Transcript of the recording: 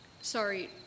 Sorry